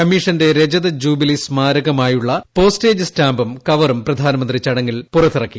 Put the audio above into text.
കമ്മീഷന്റെ രജത ജൂബിലി സ്മാരകമായുള്ള പോസ്റ്റേജ് സ്റ്റാമ്പും കവറും പ്രധാനമന്ത്രി ചടങ്ങിൽ പുറത്തിറക്കി